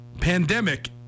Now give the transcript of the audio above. pandemic